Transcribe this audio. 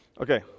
Okay